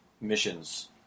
missions